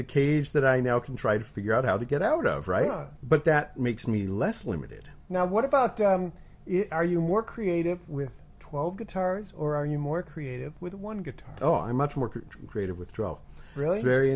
the cage that i now can try to figure out how to get out of right but that makes me less limited now what about it are you more creative with twelve guitars or are you more creative with one guitar oh i'm much more creative withdrawal really very